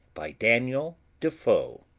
by daniel defoe